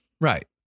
Right